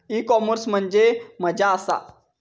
E commerce म्हणजे मझ्या आसा?